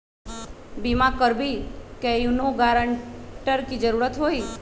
बिमा करबी कैउनो गारंटर की जरूरत होई?